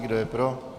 Kdo je pro?